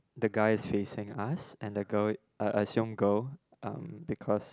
the guy is facing us and the girl I I see one girl um because